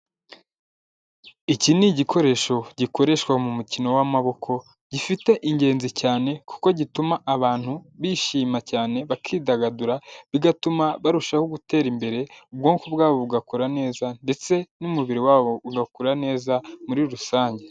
Iki ni igikoresho gikoreshwa mu mukino w'amaboko, gifite ingenzi cyane kuko gituma abantu bishima cyane bakidagadura, bigatuma barushaho gutera imbere, ubwonko bwabo bugakora neza ndetse n'umubiri wabo ugakura neza muri rusange.